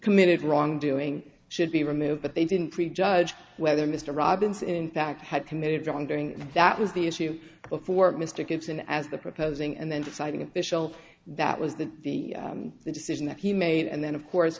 committed wrongdoing should be removed but they didn't prejudge whether mr robinson in fact had committed wrongdoing that was the issue before mr gibson as the proposing and then deciding official that was the the the decision that he made and then of course